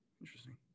Interesting